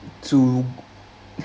to